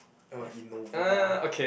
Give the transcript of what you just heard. oh Innova